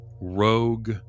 rogue